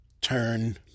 turn